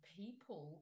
people